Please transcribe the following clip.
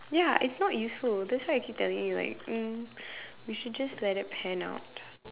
ya it's not useful that's why I keep telling you like um we should just let it pan out